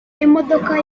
imodoka